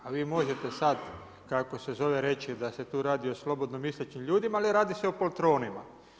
A vi možete sad, kada se zove reći da se tu radi o slobodno mislećim ljudima ali radi se poltronima.